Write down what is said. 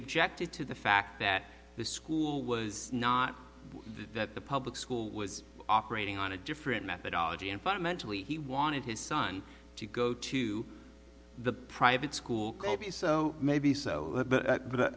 objected to the fact that the school was not that the public school was operating on a different methodology and fundamentally he wanted his son to go to the private school so maybe so but